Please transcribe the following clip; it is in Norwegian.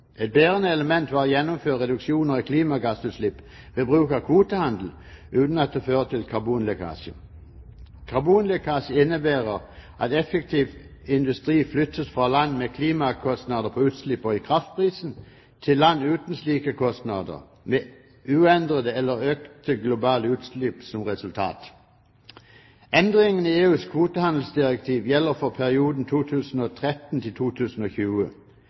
Et bærende element var å gjennomføre reduksjoner i klimagassutslipp ved bruk av kvotehandel, uten at det fører til karbonlekkasje. Karbonlekkasje innebærer at effektiv industri flyttes fra land med klimakostnader på utslipp og i kraftprisen til land uten slike kostnader, med uendrede eller økte globale utslipp som resultat. Endringene i EUs kvotehandelsdirektiv gjelder for perioden